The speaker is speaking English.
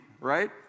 right